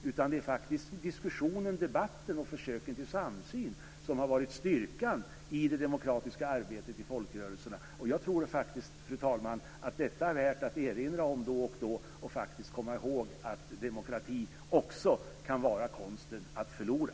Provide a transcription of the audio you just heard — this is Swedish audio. Det är i stället diskussionen, debatten och försöken till samsyn som har varit styrkan i det demokratiska arbetet i folkrörelserna. Jag tror faktiskt, fru talman, att detta är värt att erinra om då och då och att komma ihåg: Demokrati kan också vara konsten att förlora.